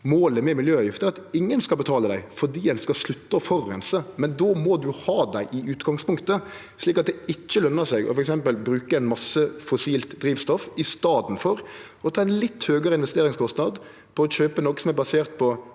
Målet med miljøavgifter er at ingen skal betale dei, fordi ein skal slutte å forureine. Då må ein ha dei i utgangspunktet, slik at det ikkje løner seg å bruke f.eks. mykje fossilt drivstoff i staden for å ta ein litt høgare investeringskostnad og kjøpe noko som er basert på